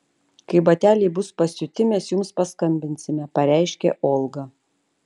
kai bateliai bus pasiūti mes jums paskambinsime pareiškė olga